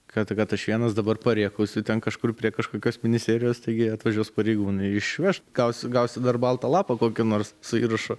kad kad aš vienas dabar parėkausiu ten kažkur prie kažkokios ministerijos taigi atvažiuos pareigūnai išveš gausiu gausiu dar baltą lapą kokį nors su įrašu